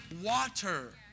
water